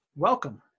Welcome